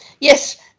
Yes